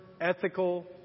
ethical